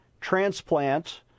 transplant